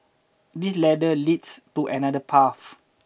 this ladder leads to another path